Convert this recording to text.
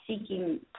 seeking